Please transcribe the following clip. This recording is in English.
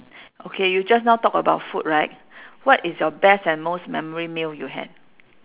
okay you just now talk about food right what is your best and most memory meal you had